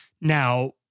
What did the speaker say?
Now